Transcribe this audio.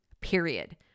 period